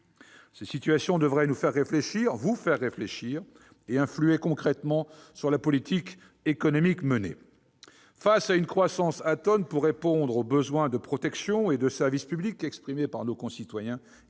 Ces situations devraient nous faire réfléchir, vous faire réfléchir. Elles devraient influer concrètement sur la politique économique menée. Face à une croissance atone, pour répondre aux besoins de protection et de service public exprimés par nos concitoyens,